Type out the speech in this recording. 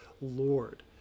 Lord